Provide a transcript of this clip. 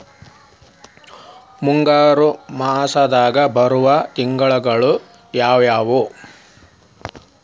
ಮುಂಗಾರು ಮಾಸದಾಗ ಬರುವ ತಿಂಗಳುಗಳ ಯಾವವು?